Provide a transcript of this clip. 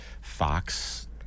Fox